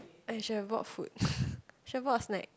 I should've brought food should've brought snacks